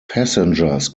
passengers